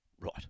Right